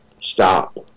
stop